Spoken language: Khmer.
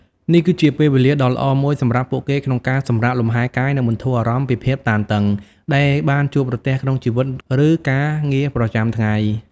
នេះគឺជាពេលវេលាដ៏ល្អមួយសម្រាប់ពួកគេក្នុងការសម្រាកលំហែរកាយនិងបន្ធូរអារម្មណ៍ពីភាពតានតឹងដែលបានជួបប្រទះក្នុងជីវិតឬការងារប្រចាំថ្ងៃ។